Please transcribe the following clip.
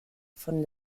von